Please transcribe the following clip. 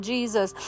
Jesus